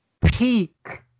peak